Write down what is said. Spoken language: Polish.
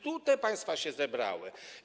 To tu te państwa się zebrały.